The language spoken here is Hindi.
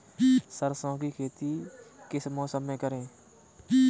सरसों की खेती किस मौसम में करें?